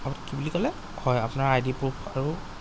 হয় কি বুলি ক'লে হয় আপোনাৰ আই ডি প্ৰুফ আৰু